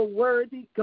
worthy